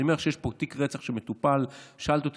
אני אומר לך שיש פה תיק רצח שמטופל.